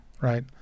right